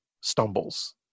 stumbles